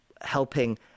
helping